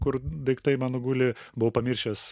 kur daiktai mano guli buvau pamiršęs